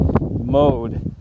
mode